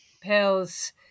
pills